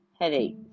headache